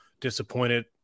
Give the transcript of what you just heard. disappointed